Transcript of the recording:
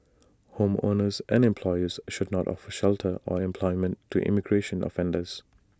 homeowners and employers should not offer shelter or employment to immigration offenders